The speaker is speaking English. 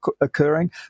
occurring